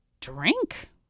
drink